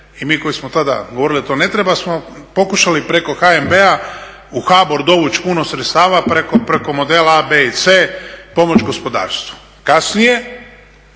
i mi koji smo tada govorili da to ne treba, smo pokušali preko HNB-a u HABOR dovući puno sredstava preko modela A, B i C, pomoći gospodarstvu. Kasnije